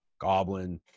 Goblin